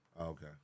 Okay